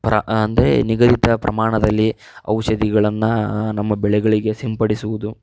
ಪರ ಅಂದರೆ ನಿಗದಿತ ಪ್ರಮಾಣದಲ್ಲಿ ಔಷಧಿಗಳನ್ನು ನಮ್ಮ ಬೆಳೆಗಳಿಗೆ ಸಿಂಪಡಿಸುವುದು